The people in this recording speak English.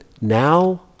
Now